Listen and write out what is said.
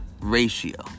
ratio